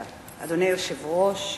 אדוני היושב-ראש,